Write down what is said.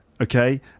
okay